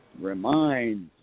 reminds